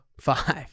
Five